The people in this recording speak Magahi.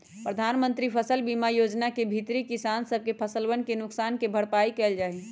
प्रधानमंत्री फसल बीमा योजना के भीतरी किसान सब के फसलवन के नुकसान के भरपाई कइल जाहई